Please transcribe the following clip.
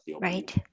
Right